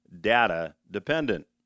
data-dependent